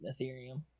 Ethereum